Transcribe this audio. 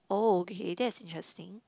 oh okay that's interesting